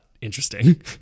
interesting